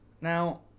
Now